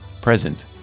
present